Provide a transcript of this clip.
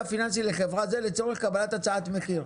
פיננסי לחברה מסוימת לצורך קבלת הצעת מחיר,